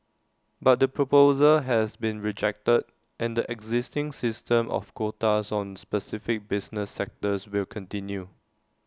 but the proposal has been rejected and the existing system of quotas on specific business sectors will continue